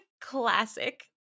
classic